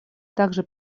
также